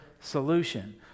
solution